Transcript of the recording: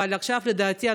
אבל עכשיו לדעתי,